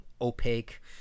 opaque